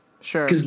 Sure